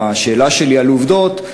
השאלה שלי על עובדות,